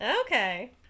okay